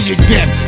again